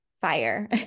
fire